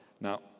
Now